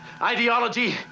ideology